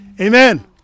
Amen